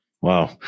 Wow